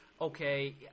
okay